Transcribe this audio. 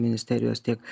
ministerijos tiek